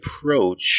approach